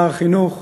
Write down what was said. שר החינוך,